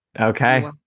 Okay